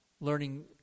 learning